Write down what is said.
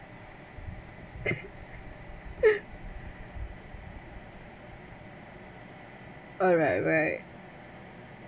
oh right right